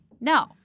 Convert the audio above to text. No